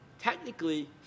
Technically